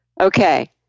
Okay